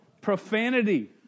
Profanity